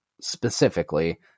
specifically